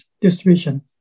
distribution